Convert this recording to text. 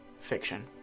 fiction